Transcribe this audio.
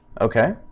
Okay